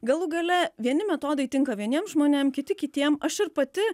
galų gale vieni metodai tinka vieniem žmonėm kiti kitiems aš ir pati